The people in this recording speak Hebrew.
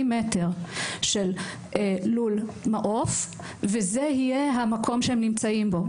מטר של לול מעוף וזה יהיה המקום שהן נמצאות בו.